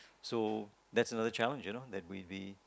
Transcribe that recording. so that's another challenge you know that we we